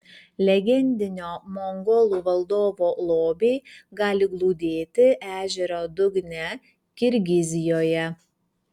legendinio mongolų valdovo lobiai gali glūdėti ežero dugne kirgizijoje